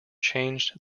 changed